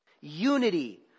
Unity